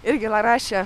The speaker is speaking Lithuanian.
irgi la rašė